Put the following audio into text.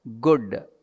good